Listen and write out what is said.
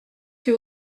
que